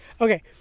Okay